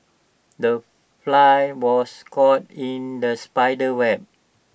the fly was caught in the spider's web